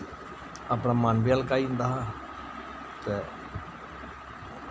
अपना मन वी हल्का होई जंदा हा ते